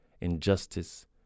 injustice